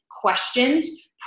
questions